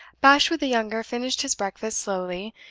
bashwood the younger finished his breakfast slowly,